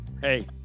Hey